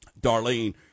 Darlene